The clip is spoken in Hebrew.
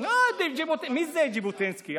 לא, מי זה ז'בוטינסקי?